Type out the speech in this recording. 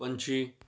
ਪੰਛੀ